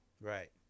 Right